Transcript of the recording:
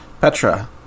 Petra